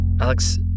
Alex